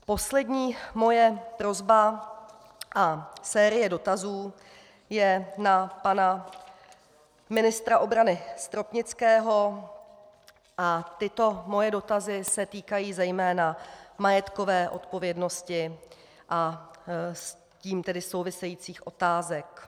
Poslední moje prosba a série dotazů je na pana ministra obrany Stropnického a tyto moje dotazy se týkají zejména majetkové odpovědnosti a s tím tedy souvisejících otázek.